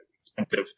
expensive